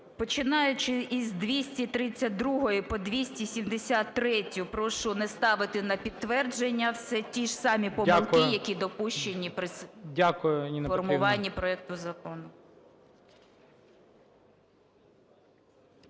Починаючи із 232-ї по 273-ю, прошу не ставити на підтвердження, все ті ж самі помилки, які допущені при формуванні проекту закону.